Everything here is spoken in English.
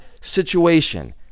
situation